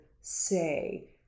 say